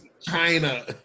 China